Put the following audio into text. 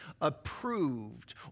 approved